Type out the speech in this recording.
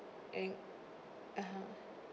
(uh huh)